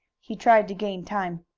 he tried to gain time.